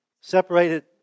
separated